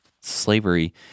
slavery